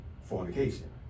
fornication